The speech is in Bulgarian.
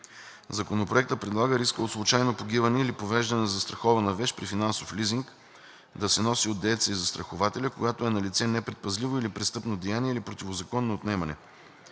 Законопроектът предлага рискът от случайно погиване или повреждане на застрахована вещ при финансов лизинг да се носи от дееца и застрахователя, когато е налице непредпазливо или престъпно деяние или противозаконно отнемане.